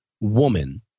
woman